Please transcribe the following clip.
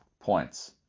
points